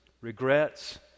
regrets